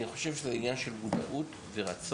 אני חושב שזה עניין של מודעות ורצון,